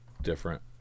different